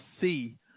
see